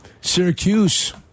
Syracuse